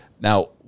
Now